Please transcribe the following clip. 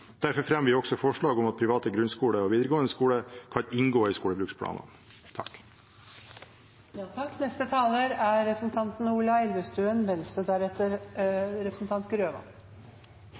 Derfor fremmer vi også forslag om at private grunnskoler og videregående skoler kan inngå i